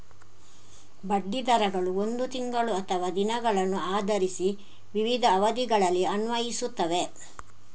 ಬಡ್ಡಿ ದರಗಳು ಒಂದು ತಿಂಗಳು ಅಥವಾ ದಿನಗಳನ್ನು ಆಧರಿಸಿ ವಿವಿಧ ಅವಧಿಗಳಲ್ಲಿ ಅನ್ವಯಿಸುತ್ತವೆ